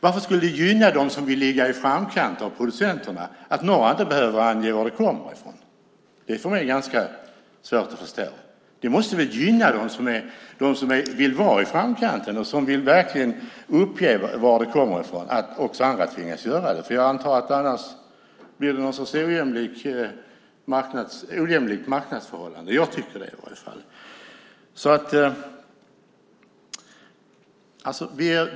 Varför skulle det gynna de producenter som vill ligga i framkant att några inte behöver ange varifrån produkten kommer? Det är för mig ganska svårt att förstå. Det måste väl gynna dem som vill vara i framkant och verkligen vill uppge varifrån varan kommer att också andra tvingas göra det. Jag antar att det annars blir ett slags ojämlikt marknadsförhållande. Jag tycker det i varje fall.